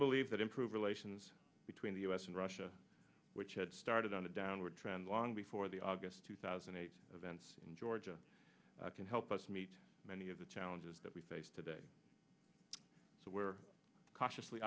believe that improve relations between the u s and russia which had started on a downward trend long before the august two thousand and eight events in georgia can help us meet many of the challenges that we face today so we're cautiously